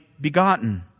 begotten